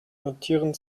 notieren